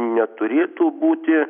neturėtų būti